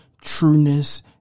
trueness